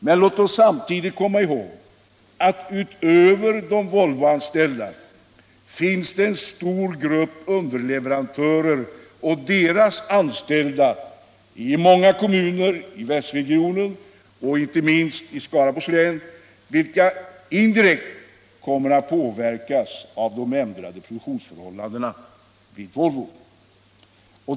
Men låt oss samtidigt komma ihåg att det, utöver de Volvoanställda, finns en stor grupp underleverantörer och deras anställda i många kommuner i västregionen, inte minst i Skaraborgs län, vilka indirekt kommer att påverkas av de ändrade produktionsförhållandena vid Volvo.